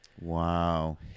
wow